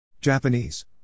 Japanese